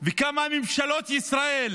וכמה ממשלות ישראל